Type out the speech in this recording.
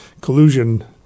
collusion